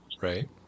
Right